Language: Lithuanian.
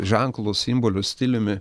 ženklu simboliu stiliumi